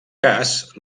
cas